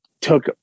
took